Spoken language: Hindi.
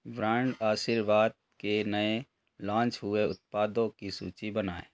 ब्राण्ड आशीर्वाद के नए लॉन्च हुए उत्पादों की सूची बनाएँ